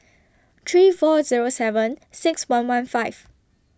three four Zero seven six one one five